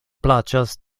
plaĉas